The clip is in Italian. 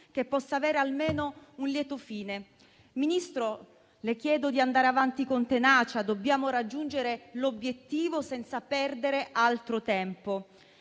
che possa avere almeno un lieto fine. Signor Ministro, le chiedo di andare avanti con tenacia. Dobbiamo raggiungere l'obiettivo senza perdere altro tempo.